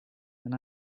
and